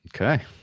Okay